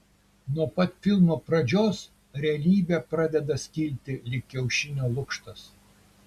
nuo pat filmo pradžios realybė pradeda skilti lyg kiaušinio lukštas